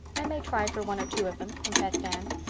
i may try for one or two of them, confessed anne,